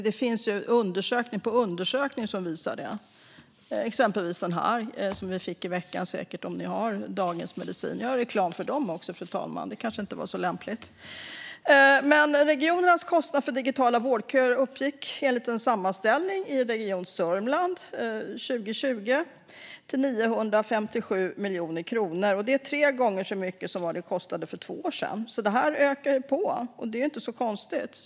Det finns undersökning på undersökning som visar detta, exempelvis den som ni säkert fick i veckan om ni har Dagens Medicin. Nu gjorde jag reklam för den också, fru talman. Det kanske inte var så lämpligt. Regionernas kostnad för digitala vårdköer uppgick enligt en sammanställning i Region Sörmland 2020 till 957 miljoner kronor. Det är tre gånger så mycket som det kostade två år tidigare. Det ökar alltså, och det är inte så konstigt.